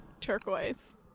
Turquoise